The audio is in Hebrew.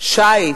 שיט,